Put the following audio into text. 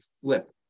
flip